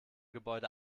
gebäude